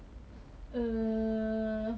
rather than 那种很